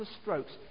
strokes